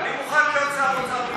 אני מוכן להיות שר אוצר במקומך.